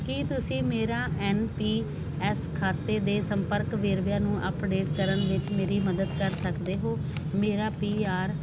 ਕੀ ਤੁਸੀਂ ਮੇਰਾ N P S ਖਾਤੇ ਦੇ ਸੰਪਰਕ ਵੇਰਵਿਆਂ ਨੂੰ ਅਪਡੇਟ ਕਰਨ ਵਿੱਚ ਮੇਰੀ ਮਦਦ ਕਰ ਸਕਦੇ ਹੋ ਮੇਰਾ ਪੀ ਆਰ